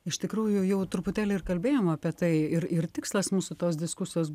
iš tikrųjų jau truputėlį ir kalbėjom apie tai ir ir tikslas mūsų tos diskusijos